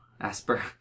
asper